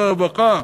שר הרווחה,